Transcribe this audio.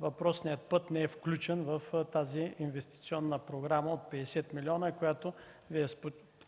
въпросният път не е включен в тази инвестиционна програма от 50 милиона, която Вие споменахте,